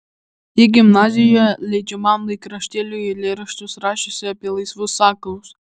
ji gimnazijoje leidžiamam laikraštėliui eilėraščius rašiusi apie laisvus sakalus